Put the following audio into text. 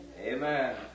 Amen